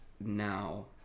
now